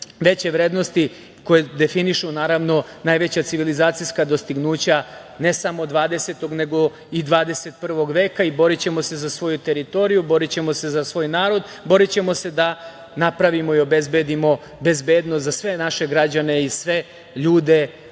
najveće vrednosti koje definišu najveća civilizacijska dostignuća ne samo 20. nego i 21. veka i borićemo se za svoju teritoriju, borićemo se za svoj narod, borićemo se da napravimo i obezbedimo bezbednost za sve naše građane i sve ljude